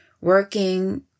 working